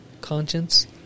Conscience